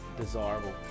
desirable